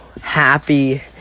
happy